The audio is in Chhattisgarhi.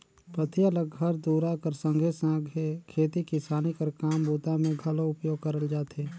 पथिया ल घर दूरा कर संघे सघे खेती किसानी कर काम बूता मे घलो उपयोग करल जाथे